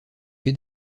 que